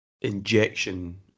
injection